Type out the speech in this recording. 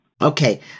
okay